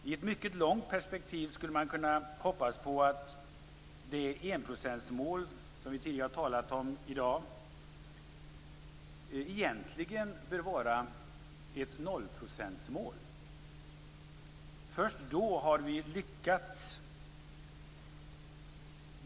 I ett mycket långt perspektiv skulle man kunna hoppas på att det enprocentsmål som vi tidigare i dag har talat om skall bli ett nollprocentsmål. Först då har vi lyckats.